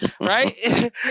right